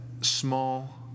small